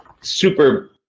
super